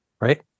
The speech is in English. right